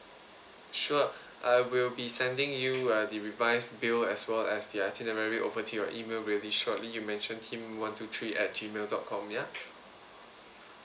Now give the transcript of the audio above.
sure I will be sending you uh the revised bill as well as the itinerary over your email very shortly you mention tim one two three at G mail dot com ya